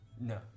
No